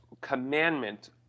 commandment